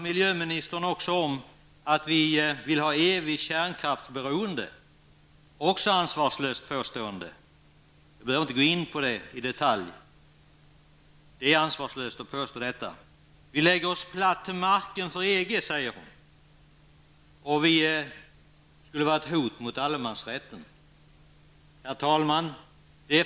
Miljöministern sade vidare att vi moderater vill ha evigt kärnkraftsberoende. Det är också ett ansvarslöst påstående. Jag behöver inte gå in på det i detalj. Vi moderater lägger oss platt till marken för EG, sade miljöministern, och vi utgör ett hot mot allemansrätten. Herr talman!